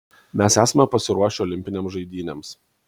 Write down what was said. mes esame pasiruošę olimpinėms žaidynėms